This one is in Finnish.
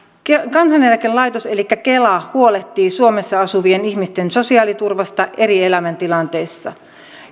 kansaneläkelaitos elikkä kela huolehtii suomessa asuvien ihmisten sosiaaliturvasta eri elämäntilanteissa